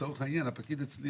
לצורך העניין הפקיד אצלי,